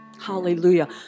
Hallelujah